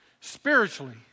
spiritually